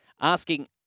asking